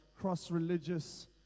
cross-religious